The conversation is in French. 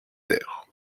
airs